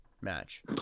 match